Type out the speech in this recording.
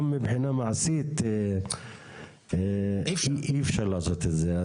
גם מבחינה מעשית אי אפשר לעשות את זה.